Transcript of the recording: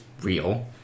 real